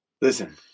Listen